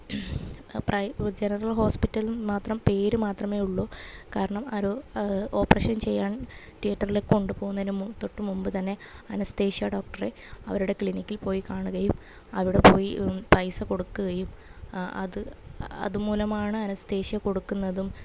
പ്രൈ general hospital മാത്രം പേര് മാത്രമേ ഉള്ളു കാരണം ഒരു ഓപ്പ്റേഷൻ ചെയ്യാൻ തിയേറ്ററിൽ കൊണ്ട്പോകുന്നതിന് മ തൊട്ട് മുൻപ് തന്നെ അനസ്തേഷ്യാ ഡോക്ട്രെ അവരുടെ ക്ലിനിക്കിൽ പോയി കാണുകയും അവിടെ പോയി പൈസ കൊടുക്കുകയും അത് അതുമൂലമാണ് അനസ്തേഷ്യ കൊടുക്ക്ന്നതും